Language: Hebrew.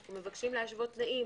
אנו מבקשים להשוות תנאים